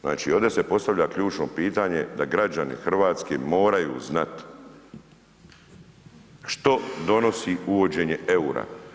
Znači ovdje se postavlja ključno pitanje da građani Hrvatske moraju znat što donosi uvođenje eura.